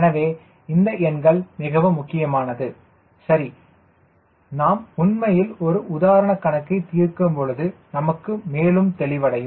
எனவே இந்த எண்கள் மிகவும் முக்கியமானது சரி நாம் உண்மையில் ஒரு உதாரணம் கணக்கை தீர்க்கும் பொழுது நமக்கு மேலும் தெளிவடையும்